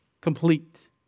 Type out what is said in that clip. Complete